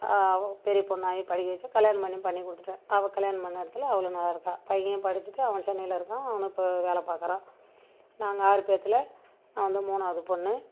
அவ பெரிய பொண்ணாக ஆகி படிக்க வைச்சி கல்யாணம் பண்ணியும் பண்ணிக் கொடுத்துட்டேன் அவள் கல்யாணம் பண்ண இடத்துல அவளும் நல்லா இருக்கா பையன் படிச்சுட்டு அவன் சென்னையில் இருக்கான் அவனும் இப்போ வேலை பாக்கிறான் நாங்கள் ஆறு பேர்த்துல நான் தான் மூணாவது பொண்ணு